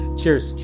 cheers